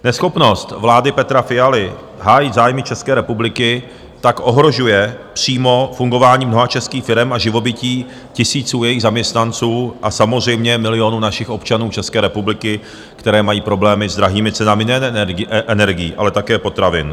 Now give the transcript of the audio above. Neschopnost vlády Petra Fialy hájit zájmy České republiky tak ohrožuje přímo fungování mnoha českých firem a živobytí tisíců jejich zaměstnanců a samozřejmě milionů našich občanů České republiky, kteří mají problémy s drahými cenami nejen energií, ale také potravin.